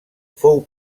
fou